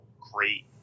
great